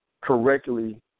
correctly